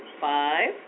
five